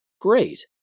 Great